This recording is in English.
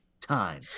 time